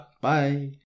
Bye